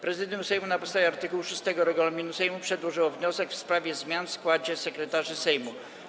Prezydium Sejmu, na podstawie art. 6 regulaminu Sejmu, przedłożyło wniosek w sprawie zmian w składzie sekretarzy Sejmu.